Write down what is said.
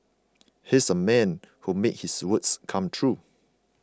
he's a man who made his words come true